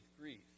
grief